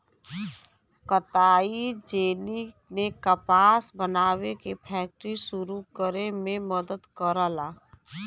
कताई जेनी ने कपास बनावे के फैक्ट्री सुरू करे में मदद करला